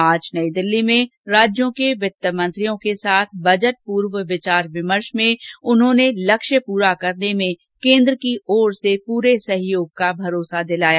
आज नई दिल्ली में राज्यों के वित्तमंत्रियों के साथ बजट पूर्व विचार विमर्श में उन्होंने लक्ष्य पूरा करने में केन्द्र की ओर से पूरे सहयोग का भरोसा दिलाया